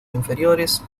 inferiores